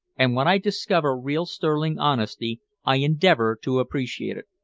and when i discover real sterling honesty i endeavor to appreciate it.